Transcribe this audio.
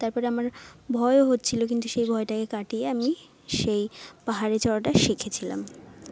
তারপরে আমার ভয়ও হচ্ছিল কিন্তু সে ভয়টাকে কাটিয়ে আমি সেই পাহাড়ে চড়াটা শিখেছিলাম